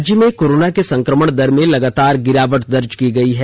राज्य में कोरोना के संक्रमण दर में लगातार गिरावट दर्ज की गयी है